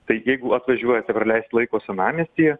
tai jeigu atvažiuoja dabar leist laiko senamiestyje